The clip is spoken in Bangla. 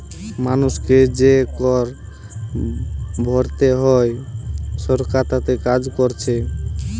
মানুষকে যে কর ভোরতে হয় সরকার তাতে কাজ কোরছে